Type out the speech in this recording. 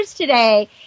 today